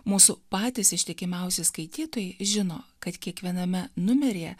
mūsų patys ištikimiausi skaitytojai žino kad kiekviename numeryje